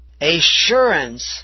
Assurance